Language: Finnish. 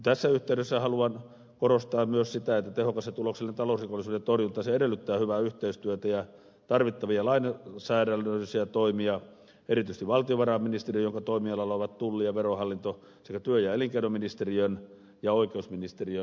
tässä yhteydessä haluan korostaa myös sitä että tehokas ja tuloksellinen talousrikollisuuden torjunta edellyttää hyvää yhteistyötä ja tarvittavia lainsäädännöllisiä toimia erityisesti valtiovarainministeriön jonka toimialalla ovat tulli ja verohallinto sekä työ ja elinkeinoministeriön ja oikeusministeriön kanssa